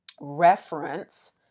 reference